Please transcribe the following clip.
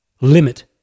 limit